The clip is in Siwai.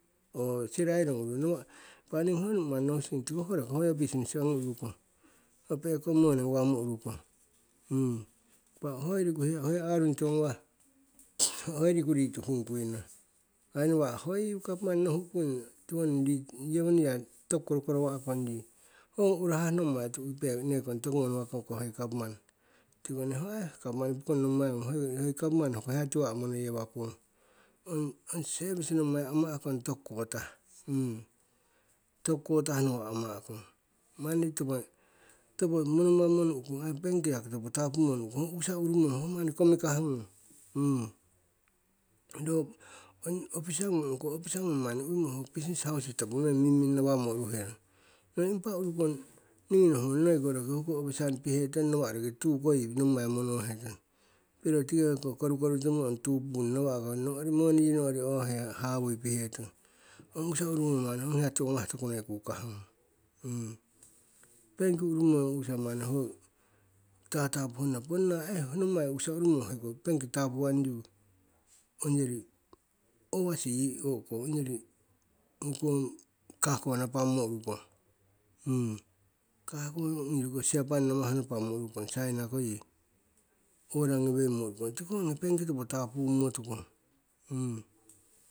Oo sirairong ururong, impa niingi ho manni nohusing tiko roki hokoyo business ongi urukong, ho pekong moni gnawamo urukong. Impa hoi riku hiya hoi arung tiwo ngawah hoi riku rituhung kuino. Ai nawa'hoiriku gavman nohu'kung tiwoning ri yewoning ya toku korokorowa'kong yi, ho ong urahah nommai tu'ki nekong toku monowakong hoi gavman. Tiko neho ai gavman pokong nommai ngung, hoi gavman ho hiyatiwako monoyewakung. Ong sevis nommai ama'kong toku kotah toku kotah nowo ama'kong, manni topo monomammo nu'kung, ai benkiki yaki topo tapumung mo nu'kung, ho u'kisa urumong ho manni komikah ngung ro ong officer ongko officer ngung manni uwimo business houses topo meng mingming nawang mo uruherong. Ong impa urukong niingi nohungong noiko pihetong nawa' ko roki tuuko yii nommai monohetong, piro tiki heko korukoru timo ong tuu pun nawa'ko moni yi no'ri ohe hawui pihetong. Ong u'kisa urumong ong hiya tiwo ngawah toku noi kukahngung. benki urumong u'kisa manni ho tatapu honna. Ponna aii nommai u'kisa urumong hoi benki tapuwang yu, ongori oversea yii o'ko ongori cargo napammo urukong. Cargo ongori koh siapan namah napammo urukong, china ko yii, order ngowemmo urukong tiko ongi benki topo tapummo tukong.